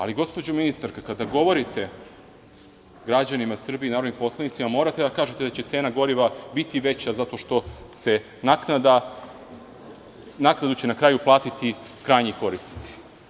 Ali, gospođo ministarka, kada govorite građanima Srbije i narodnim poslanicima morate da kažete da će cena goriva biti veća zato što će naknadu na kraju platiti krajnji korisnici.